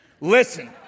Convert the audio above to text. Listen